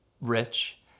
rich